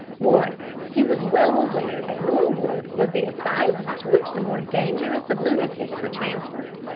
moreover, he was well aware that norwood was the asylum to which the more dangerous of lunatics were transferred.